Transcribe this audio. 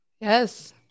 Yes